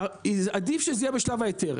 עדיף שזה יהיה בשלב ההיתר.